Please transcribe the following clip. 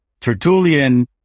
Tertullian